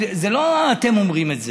זה לא אתם אומרים את זה,